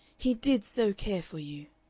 he did so care for you.